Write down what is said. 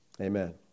Amen